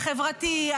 החברתי,